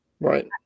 Right